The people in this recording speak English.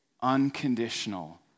unconditional